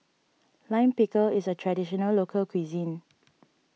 Lime Pickle is a Traditional Local Cuisine